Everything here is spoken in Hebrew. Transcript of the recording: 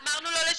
אמרנו לא לשנות.